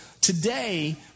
today